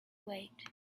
wait